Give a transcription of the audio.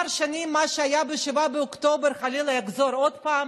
או שבעוד כמה שנים מה שהיה ב-7 באוקטובר חלילה יחזור עוד פעם?